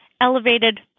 elevated